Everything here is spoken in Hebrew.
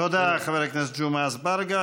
תודה, חבר הכנסת ג'מעה אזברגה.